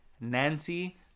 Nancy